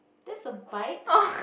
that's a bike